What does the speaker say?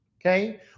Okay